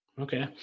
Okay